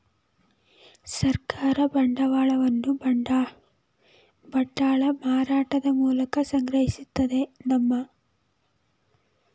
ಸರ್ಕಾರ ಬಂಡವಾಳವನ್ನು ಬಾಂಡ್ಗಳ ಮಾರಾಟದ ಮೂಲಕ ಸಂಗ್ರಹಿಸುತ್ತದೆ ನಮ್ಮ